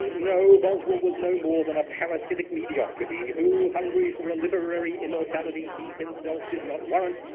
no, boswell was no more than a parasitic mediocrity who, hungry for a literary immortality he, himself, did not warrant,